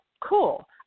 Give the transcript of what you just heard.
cool